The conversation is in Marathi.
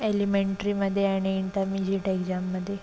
एलिमेंटरीमध्ये आणि इंटरमिजिएट एग्जाममध्ये